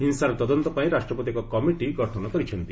ହିଂସାର ତଦନ୍ତ ପାଇଁ ରାଷ୍ଟ୍ରପତି ଏକ କମିଟି ଗଠନ କରିଛନ୍ତି